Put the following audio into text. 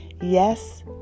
Yes